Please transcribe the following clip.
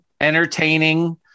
entertaining